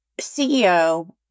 CEO